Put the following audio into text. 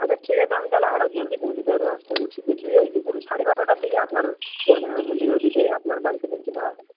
আচ্ছা ঠিক আছে আমি তাহলে আরও জলদি পৌঁছে দেওয়ার ব্যবস্থা করছি দেখি ওই দুপুর সাড়ে বারোটার দিকে আপনার বর্গভীমার মন্দিরের ওই দিকেই আপনার বাড়িতে পৌঁছে দেওয়া হবে